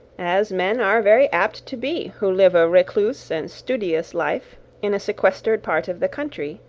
as men are very apt to be who live a recluse and studious life in a sequestered part of the country,